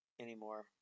anymore